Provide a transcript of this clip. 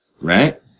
Right